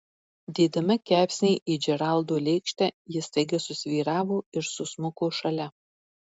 dėdama kepsnį į džeraldo lėkštę ji staiga susvyravo ir susmuko šalia